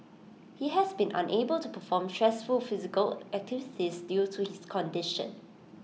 he has been unable to perform stressful physical activities due to his condition